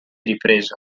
riprese